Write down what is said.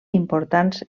importants